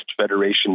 federation